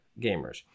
gamers